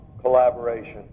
collaboration